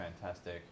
fantastic